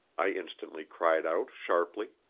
i instantly cried out sharply.